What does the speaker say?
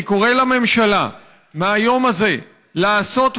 אני קורא לממשלה מהיום הזה לעשות מעשה: